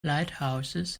lighthouses